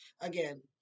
again